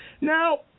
Now